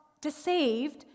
deceived